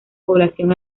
población